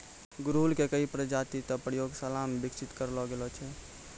गुड़हल के कई प्रजाति तॅ प्रयोगशाला मॅ विकसित करलो गेलो छै